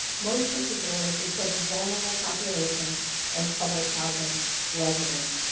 most particularly for such vulnerable populations as public housing residents.